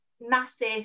massive